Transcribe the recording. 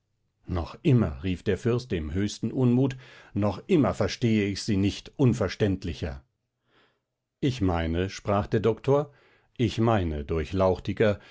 noch immer rief der fürst im höchsten unmut noch immer verstehe ich sie nicht unverständlicher ich meine sprach der doktor ich meine